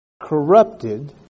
corrupted